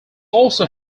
also